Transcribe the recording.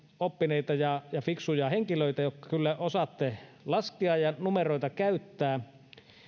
oppineita ja ja fiksuja henkilöitä jotka kyllä osaavat laskea ja numeroita käyttää